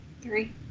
Three